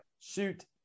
shoot